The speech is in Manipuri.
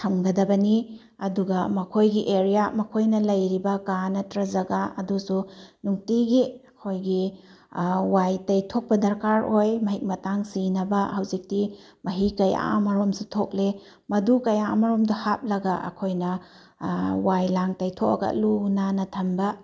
ꯊꯝꯒꯗꯕꯅꯤ ꯑꯗꯨꯒ ꯃꯈꯣꯏꯒꯤ ꯑꯦꯔꯤꯌꯥ ꯃꯈꯣꯏꯅ ꯂꯩꯔꯤꯕ ꯀꯥ ꯅꯠꯇ꯭ꯔ ꯖꯒꯥ ꯑꯗꯨꯁꯨ ꯅꯨꯡꯇꯤꯒꯤ ꯑꯩꯈꯣꯏꯒꯤ ꯋꯥꯏ ꯇꯩꯊꯣꯛꯄ ꯗꯔꯀꯥꯔ ꯑꯣꯏ ꯃꯍꯤꯛ ꯃꯇꯥꯡ ꯁꯤꯅꯕ ꯍꯧꯖꯤꯛꯇꯤ ꯃꯍꯤ ꯀꯌꯥ ꯑꯃꯔꯣꯝꯁꯨ ꯊꯣꯛꯂꯦ ꯃꯗꯨ ꯀꯌꯥ ꯑꯃꯔꯣꯝꯗꯣ ꯍꯥꯞꯂꯒ ꯑꯩꯈꯣꯏꯅ ꯋꯥꯏ ꯂꯥꯡ ꯇꯩꯊꯣꯛꯑꯒ ꯂꯨ ꯅꯥꯟꯅ ꯊꯝꯕ